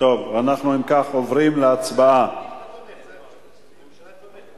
עוברים להצבעה